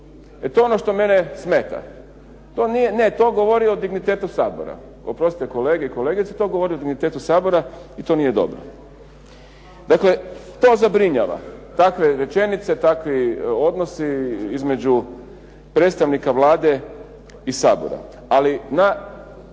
To je ono što mene smeta. To govori o dignitetu Sabora, oprostite kolege i kolegice to govori o dignitetu Sabora i to nije dobro. Dakle, to zabrinjava, takve rečenice, takvi odnosi između predstavnika Vlade i Sabora. Ali na